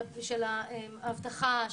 של האבטחה,